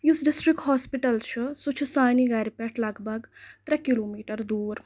یُس district hospital چھُ سُہ چھُ سانہِ گرِ پٮ۪ٹھ لگ بگ ترے کِلومیٖٹر دوٗر